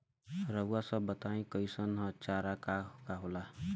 रउआ सभ बताई भईस क चारा का का होखेला?